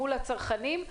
מול הצרכנים,